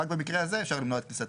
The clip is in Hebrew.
ורק במקרה הזה אפשר למנוע את כניסתו.